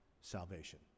salvation